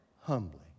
humbly